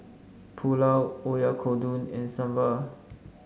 Pulao Oyakodon and Sambar